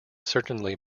certainly